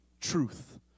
Truth